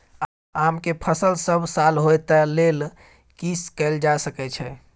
आम के फसल सब साल होय तै लेल की कैल जा सकै छै?